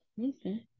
Okay